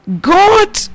God